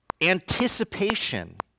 anticipation